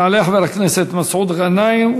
יעלה חבר הכנסת מסעוד גנאים,